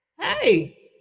Hey